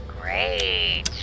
Great